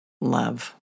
love